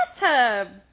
bathtub